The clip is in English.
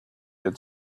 had